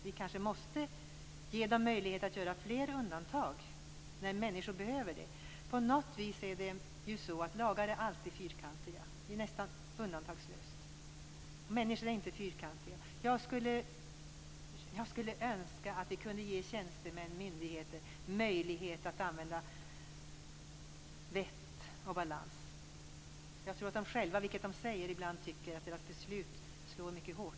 Vi måste kanske ge möjlighet till flera undantag när människor behöver det. På något vis är lagar nästan undantagslöst alltid fyrkantiga, men människor är inte fyrkantiga. Jag skulle önska att vi kunde ge tjänstemän och myndigheter möjlighet att använda vett och balans. Jag tror att de själva ibland tycker att deras beslut slår mycket hårt.